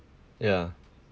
ya